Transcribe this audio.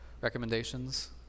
recommendations